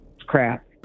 crap